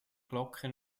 glocke